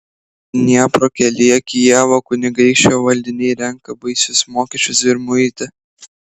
dniepro kelyje kijevo kunigaikščio valdiniai renka baisius mokesčius ir muitą